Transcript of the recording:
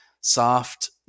soft